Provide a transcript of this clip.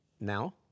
Now